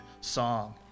song